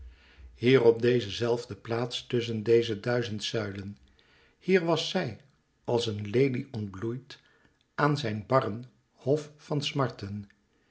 hier op deze zelfde plaats tusschen deze duizend zuilen hier was zij als een lelie ontbloeid aan zijn barren hof van smarten